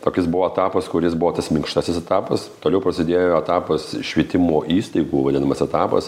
tokis buvo etapas kuris buvo tas minkštasis etapas toliau prasidėjo etapas švietimo įstaigų vadinamas etapas